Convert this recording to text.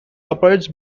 operates